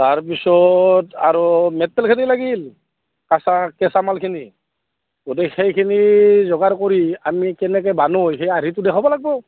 তাৰপিছত আৰু মেটেৰিয়েলখিনি লাগিল কেঁচা কেঁচা মালখিনি গোটেই সেইখিনি যোগাৰ কৰি আমি কেনেকৈ বানয় সেই আৰ্হিটো দেখাব লাগিব